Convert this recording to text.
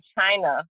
China